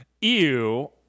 Ew